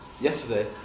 yesterday